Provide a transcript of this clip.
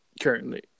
Currently